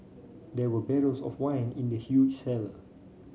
there were barrels of wine in the huge cellar